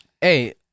Hey